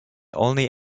only